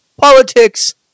politics